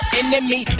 enemy